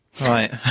right